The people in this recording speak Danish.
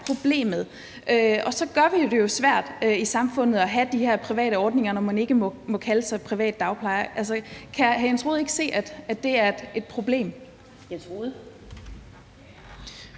problemet. Så gør vi det jo svært i samfundet at have de her private ordninger, når man ikke må kalde sig privat dagplejer. Kan hr. Jens Rohde ikke se, at det er et problem?